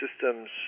systems